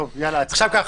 טוב, יאללה, הצבעה.